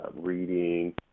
reading